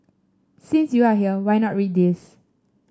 since you are here why not read this